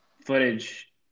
footage